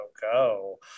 go